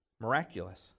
Miraculous